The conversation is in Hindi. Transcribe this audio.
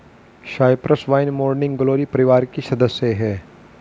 साइप्रस वाइन मॉर्निंग ग्लोरी परिवार की सदस्य हैं